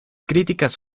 críticas